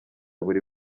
buri